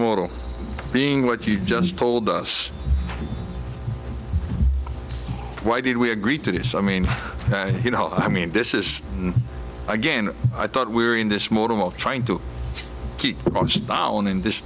mortal being what you just told us why did we agree to this i mean you know i mean this is again i thought we were in this mode of trying to keep on in this